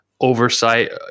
oversight